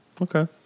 Okay